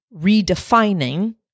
redefining